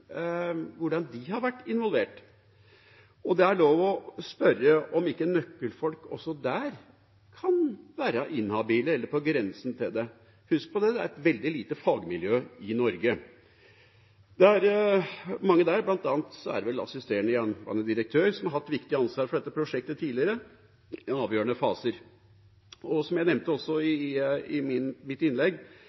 ikke nøkkelfolk også der kan være inhabile eller på grensen til det. Husk på det – det er et veldig lite fagmiljø i Norge. Det er mange der, bl.a. er det vel assisterende jernbanedirektør, som har hatt viktig ansvar for dette prosjektet tidligere, i avgjørende faser. Som jeg nevnte i mitt innlegg: